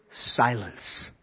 silence